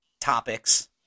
topics